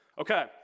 Okay